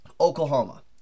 Oklahoma